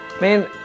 Man